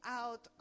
out